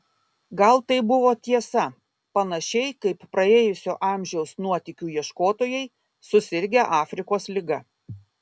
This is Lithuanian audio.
gal tai buvo tiesa panašiai kaip praėjusio amžiaus nuotykių ieškotojai susirgę afrikos liga